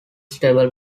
stable